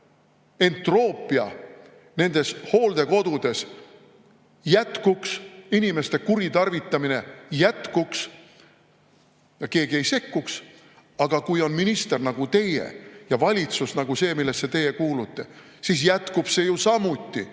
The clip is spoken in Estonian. Entroopia nendes hooldekodudes jätkuks, inimeste kuritarvitamine jätkuks ja keegi ei sekkuks. Aga kui on minister nagu teie ja valitsus nagu see, millesse teie kuulute, siis jätkub see ju samuti.